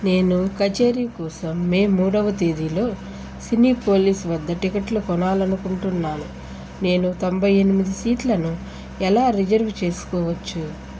నేను కచేరీ కోసం మే మూడవ తేదీలో సినీపోలిస్ వద్ద టిక్కెట్లు కొనాలనుకుంటున్నాను నేను తొంభై ఎనిమిది సీట్లను ఎలా రిజర్వ్ చేసుకోవచ్చు